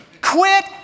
Quit